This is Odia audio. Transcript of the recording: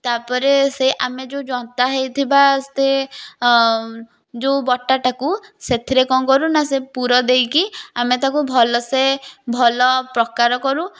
ତାପରେ ସେ ଆମେ ଯେଉଁ ଜନ୍ତା ହେଇଥିବା ସେ ଯେଉଁ ବଟାଟାକୁ ସେଥିରେ କ'ଣ କରୁ ନା ସେ ପୁର ଦେଇକି ଆମେ ତାକୁ ଭଲସେ ଭଲ ପ୍ରକାର କରୁ